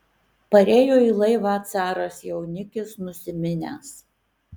parėjo į laivą caras jaunikis nusiminęs